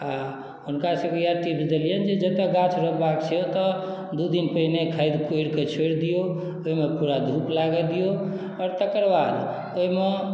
आ हुनका सबके इएह टिप देलियनि जतय गाछ रोपबा के छै ओतय दू दिन पहिने खादि कोरि के छोरि दियौ ओहिमे पूरा धूप लागऽ दियौ आओर तेकर बाद ओहिमे